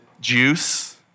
juice